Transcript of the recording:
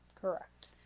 Correct